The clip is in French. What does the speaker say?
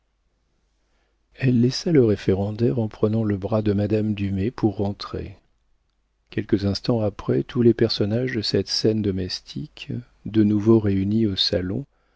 elle laissa le référendaire en prenant le bras de madame dumay pour rentrer quelques instants après tous les personnages de cette scène domestique de nouveau réunis au salon